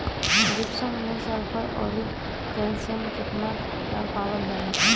Gypsum मैं sulphur औरी calcium कितना कितना पावल जाला?